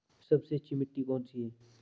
सबसे अच्छी मिट्टी कौन सी है?